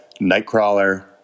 Nightcrawler